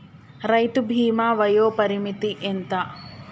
రైతు బీమా వయోపరిమితి ఎంత?